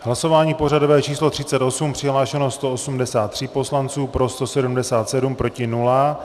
Hlasování pořadové číslo 38, přihlášeno 183 poslanců, pro 177, proti nula.